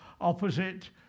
opposite